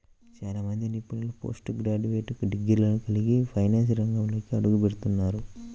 చాలా మంది నిపుణులు పోస్ట్ గ్రాడ్యుయేట్ డిగ్రీలను కలిగి ఫైనాన్స్ రంగంలోకి అడుగుపెడుతున్నారు